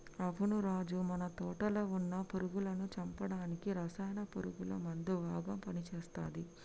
అవును రాజు మన తోటలో వున్న పురుగులను చంపడానికి రసాయన పురుగుల మందు బాగా పని చేస్తది